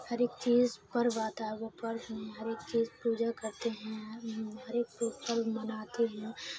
ہر ایک چیز پر ہر ایک چیز پوجا کرتے ہیں ہر ایک وہ پرو مناتے ہیں